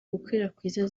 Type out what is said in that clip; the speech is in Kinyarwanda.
gukwirakwiza